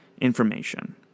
information